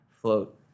float –